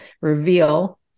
reveal